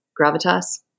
Gravitas